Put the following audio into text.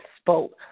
spoke